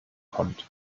kommt